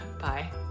Bye